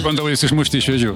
bandau jus išmušti iš vėžių